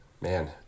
Man